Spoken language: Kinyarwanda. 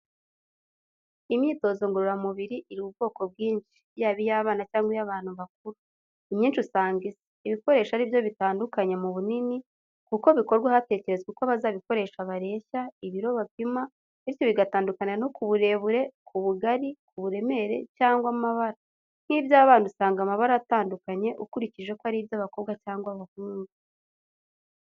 Imyitozo ngororamubiri iri ubwoko bwinshi, yaba iy'abana cyangwa iy'abantu bakuru, imyinshi usanga isa, ibikoresho ari byo bitandukanye mu bunini, kuko bikorwa hatekerezwa uko abazabikoresha bareshya, ibiro bapima, bityo bigatandukanira no ku burebure, ku bugari, ku buremere cyangwa amabara, nk'iby'abana usanga amabara atandukanye ukurikije ko ari iby'abakobwa cyangwa abahungu.